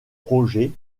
projets